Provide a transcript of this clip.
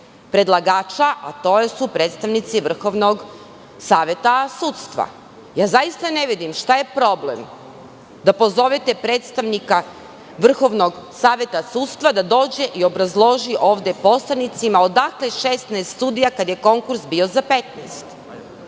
predlagača, a to su predstavnici Vrhovnog saveta sudstva. Zaista ne vidim šta je problem da pozovete predstavnika Vrhovnog saveta sudstva, da dođe i obrazloži ovde poslanicima odakle 16 sudija kada je konkurs bio za 15?